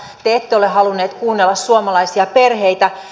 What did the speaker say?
te ette ole halunneet kuunnella suomalaisia perheitä